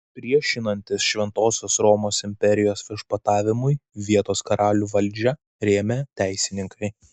priešinantis šventosios romos imperijos viešpatavimui vietos karalių valdžią rėmė teisininkai